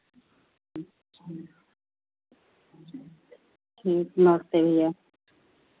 अच्छा ठीक नमस्ते भैया